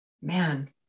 man